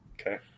Okay